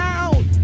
out